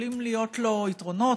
יכולים להיות לו יתרונות,